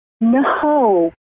no